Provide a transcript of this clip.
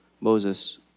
Moses